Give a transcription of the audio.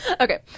Okay